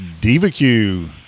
DivaQ